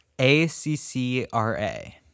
A-C-C-R-A